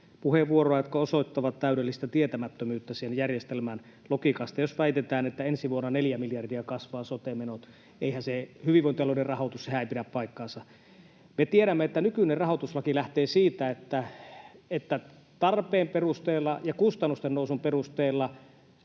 puheenvuoroja, jotka osoittavat täydellistä tietämättömyyttä sen järjestelmän logiikasta. Jos väitetään, että ensi vuonna 4 miljardia kasvavat sote-menot, hyvinvointialueiden rahoitus, niin eihän se pidä paikkaansa. Me tiedämme, että nykyinen rahoituslaki lähtee siitä, että tarpeen perusteella ja kustannusten nousun perusteella